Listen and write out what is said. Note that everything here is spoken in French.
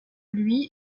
lui